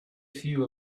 few